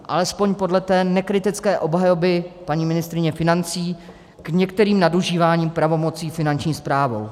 Alespoň podle té nekritické obhajoby paní ministryně financí k některým nadužíváním pravomocí Finanční správou.